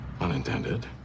unintended